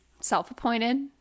Self-appointed